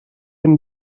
been